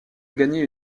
gagné